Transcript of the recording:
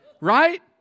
right